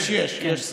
יש, יש, יש.